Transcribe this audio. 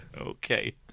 Okay